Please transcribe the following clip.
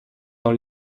dans